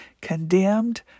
condemned